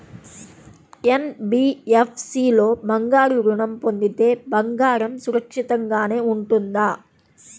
NBFC లో బంగారు ఋణం పొందితే బంగారం సురక్షితంగానే ఉంటుందా?